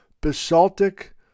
basaltic